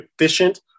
efficient